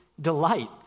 delight